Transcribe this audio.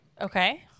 Okay